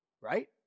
Right